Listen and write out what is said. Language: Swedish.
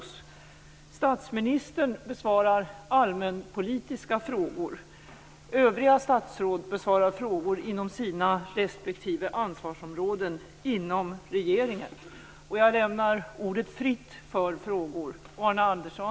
Statsministern besvarar allmänpolitiska frågor. Övriga statsråd besvarar frågor inom sina respektive ansvarsområden inom regeringen.